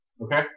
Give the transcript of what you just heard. Okay